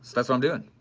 that's what i'm doing,